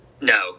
No